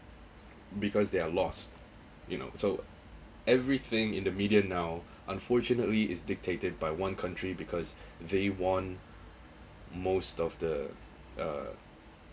because they are lost you know so everything in the media now unfortunately is dictated by one country because they want most of the uh